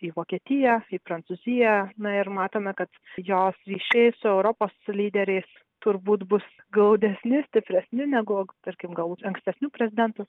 į vokietiją į prancūziją na ir matome kad jos ryšiai su europos lyderiais turbūt bus glaudesni stipresni negu tarkim gal ankstesnių prezidentų